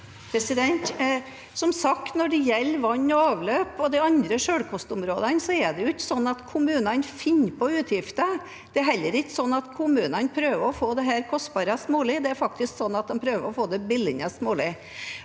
Som sagt, når det gjel- der vann og avløp og de andre selvkostområdene, så er det ikke sånn at kommunene finner på utgifter. Det er heller ikke sånn at kommunene prøver å gjøre dette mest mulig kostbart. Det er faktisk sånn at en prøver å få det billigst mulig.